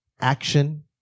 action